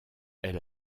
elle